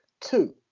Two